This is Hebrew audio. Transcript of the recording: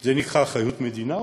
זה נקרא אחריות המדינה,